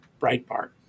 Breitbart